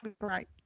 right